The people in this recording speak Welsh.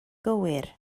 gywir